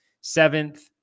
seventh